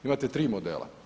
Imate tri modela.